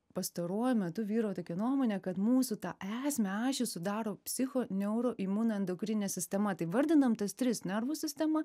pastaruoju metu vyro tokia nuomonė kad mūsų tą esmę ašį sudaro psicho neuroimunoendokrininė sistema tai vardinam tas tris nervų sistema